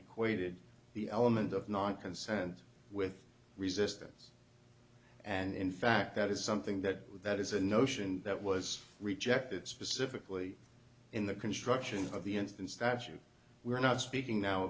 equated the element of non consent with resistance and in fact that is something that that is a notion that was rejected specifically in the construction of the instance that you were not speaking now